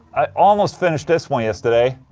i almost finished this one yesterday